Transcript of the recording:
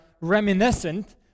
reminiscent